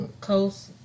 coast